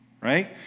right